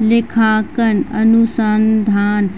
लेखांकन अनुसंधान